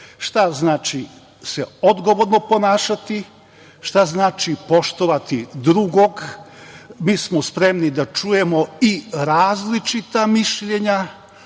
šta znači odgovorno se ponašati, šta znači poštovati drugog. Mi smo spremni da čujemo i različita mišljenja,